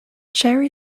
cherry